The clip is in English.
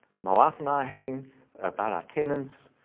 my wife and i are having about. our tenants.